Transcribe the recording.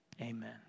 Amen